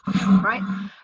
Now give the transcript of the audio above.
right